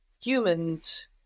humans